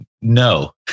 no